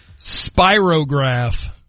Spirograph